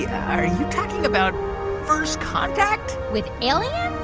are you talking about first contact? with aliens,